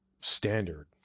standard